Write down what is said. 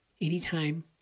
Anytime